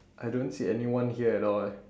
I don't see anyone here at all eh